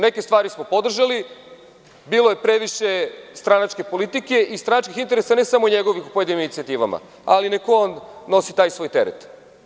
Neke stvari smo podržali, bilo je previše stranačke politike i stranačkih interesa, i to ne samo njegovih, po pojedinim inicijativama, ali, neka on nosi taj svoj teret.